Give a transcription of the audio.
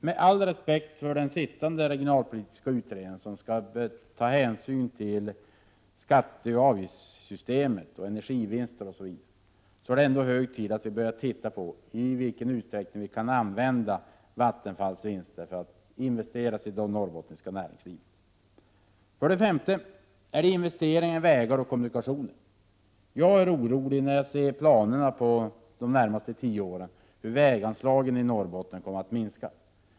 Med all respekt för den sittande regionalpolitiska utredningen, som skall ta hänsyn till skatteoch avgiftssystemet, energivinster osv., är det ändå hög tid att börja titta på i vilken utsträckning vi kan använda Vattenfalls vinster för att investera i det norrbottniska näringslivet. S. Det erfordras investeringar i vägar och kommunikationer. Jag blir orolig när jag ser i planerna för de närmaste tio åren hur väganslagen i Norrbotten kommer att minska.